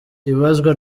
ibazwa